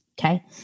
Okay